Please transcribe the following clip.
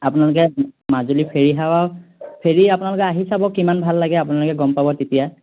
আপোনালোকে মাজুলী ফেৰী সেৱাও ফেৰী আপোনালোকে আহি চাব কিমান ভাল লাগে আপোনালোকে গম পাব তেতিয়া